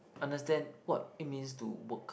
understand what it means to work